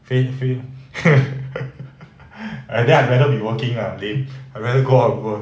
faint faint I then I'd rather be working lah lame I rather go out and work